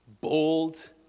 bold